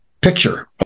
picture